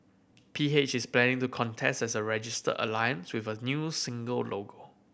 P H is planning to contest as a register alliance with a new single logo